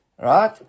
Right